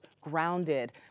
grounded